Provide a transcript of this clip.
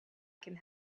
can